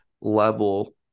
level